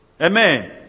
Amen